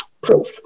proof